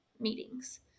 meetings